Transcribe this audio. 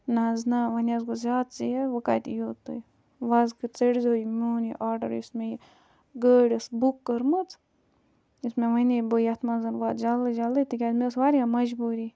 نہٕ حظ نَہ وۄنۍ حظ گوٚو زیادٕ ژیر وۄنۍ کَتہِ یِیِو تُہۍ وۄنۍ حظ کہِ ژٔٹۍزیو یہِ میون یہِ آرڈَر یُس مےٚ یہِ گٲڑۍ ٲس بُک کٔرمٕژ یُس مےٚ وَنے بہٕ یَتھ منٛز واتہٕ جلدی جلدی تِکیٛازِ مےٚ ٲس واریاہ مَجبوٗری